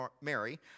Mary